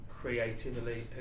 creatively